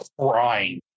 crying